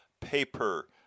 paper